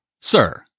Sir